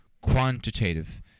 quantitative